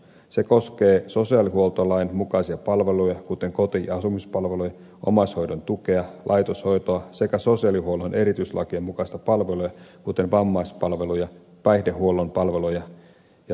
se koskee sosiaalihuoltolain mukaisia palveluja kuten koti ja asumispalveluja omaishoidon tukea laitoshoitoa sekä sosiaalihuollon erityislakien mukaista palvelua kuten vammaispalveluja päihdehuollon palveluja ja toimeentulotukea